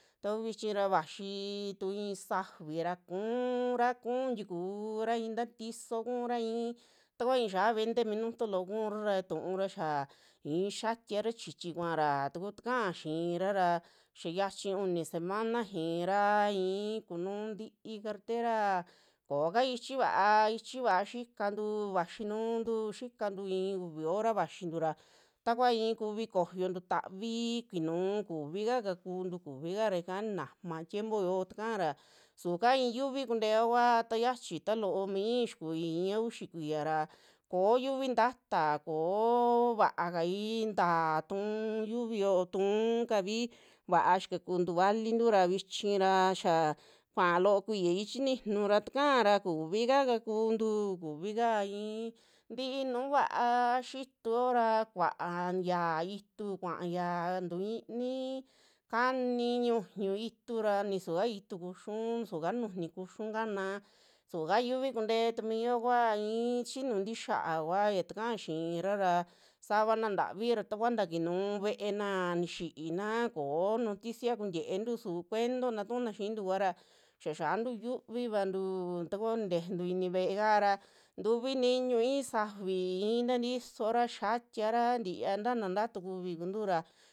Taku vichi ra vaxii tu i'i safi ra ku'ura, ku'u tikura i'ita tiso i'i taakua i'i xia veinte minuto loo kura ra tuura xiaa i'i xiatiara chichi kuara taku taka'a xiira ra xia yachi uni semana xiira ii kunuu ti'i cartera ko'oka ichi vaa, ichi vaa xikantu vaxinuntu xikantu i'i uvi hora vaxintura, takua i'i kuvi koyontu tavii kinuu kuvika kakuntu kuvika ra, ika ninama tiempo yo takara suka i'i yuvi kunteova ta xiachi ta loomi xikui i'i ñaa uxi kuiya ra ko'o yuvi nta'ata koo vaakai, ta'a tu'u yuviyo tu'u kavi vaa xikakuntu valintura, vichi ra xaa kua loo kuiyai chininu ra takaara kuvi ka kakuntu, kuvika i'i ntii nu va'a xituo ra kuaaya itu kuaa xia, tu i'ini kani ñuñu itura nisuvika itu kuxiun ni suuka nujuni kuxiun kana, suuka yuvi kuntee tumio kua i'i chi nuntii xiao ua, ya taka xiira ra savana ntavii ra takua takinuu ve'ena nixiina ko'o noticia kuntietu su cuento tatuuna xintu kuara xia xiantu yiuvivantu taku nintejentu ve'eka ra tuvi niñu i'in safi i'ita tisora xiatiara tia taana ta'atu kivi kuntura.